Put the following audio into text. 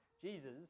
Jesus